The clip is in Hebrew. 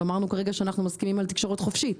ואמרנו כרגע שאנחנו מסכימים על תקשורת חופשית.